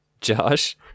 Josh